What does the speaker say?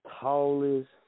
tallest